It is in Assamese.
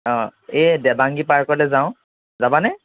অঁ এই দেবাংগী পাৰ্কলৈ যাওঁ যাবানে